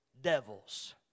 devils